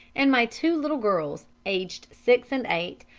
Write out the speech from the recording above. and my two little girls, aged six and eight,